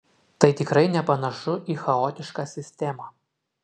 tai tikrai nepanašu į chaotišką sistemą